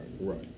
right